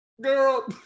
girl